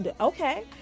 okay